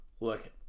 Look